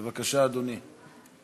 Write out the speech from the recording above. בבקשה, אדוני.